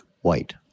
white